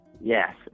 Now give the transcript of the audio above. Yes